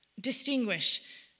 distinguish